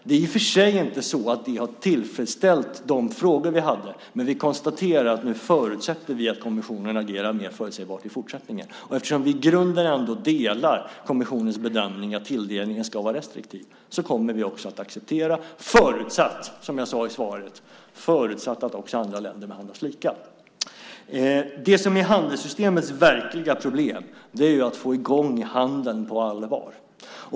De har i och för sig inte varit tillfredsställande svar på de frågor vi hade, men vi förutsätter nu att kommissionen agerar mer förutsägbart i fortsättningen. Och eftersom vi i grunden ändå delar kommissionens bedömning att tilldelningen ska vara restriktiv kommer vi också att acceptera detta förutsatt, som jag sade i svaret, att också andra länder behandlas lika. Det som är handelssystemets verkliga problem är att få i gång handeln på allvar.